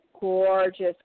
gorgeous